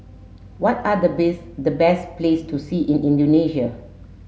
what are the best the best place to see in Indonesia